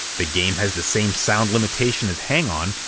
the game has the same sound limitation as hang on,